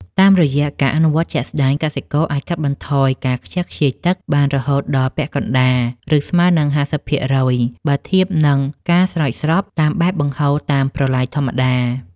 តាមរយៈការអនុវត្តជាក់ស្ដែង កសិករអាចកាត់បន្ថយការខ្ជះខ្ជាយទឹកបានរហូតដល់ពាក់កណ្ដាល ឬស្មើនឹង ៥០% បើធៀបនឹងការស្រោចស្រពតាមបែបបង្ហូរតាមប្រឡាយធម្មតា។